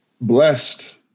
Blessed